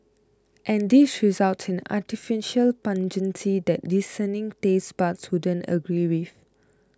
and this results in an artificial pungency that discerning taste buds wouldn't agree with